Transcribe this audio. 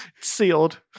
Sealed